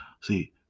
See